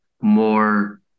more